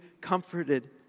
comforted